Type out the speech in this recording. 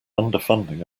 underfunding